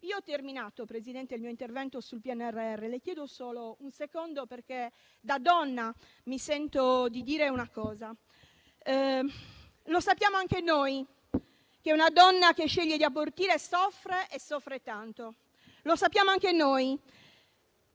io ho terminato il mio intervento sul PNRR. Le chiedo solo un secondo di tempo, perché da donna mi sento di dire una cosa. Sappiamo anche noi che una donna che sceglie di abortire soffre tanto; sappiamo anche noi